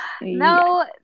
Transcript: No